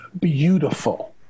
beautiful